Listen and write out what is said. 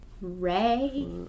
Ray